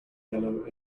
yellow